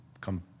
come